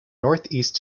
northeast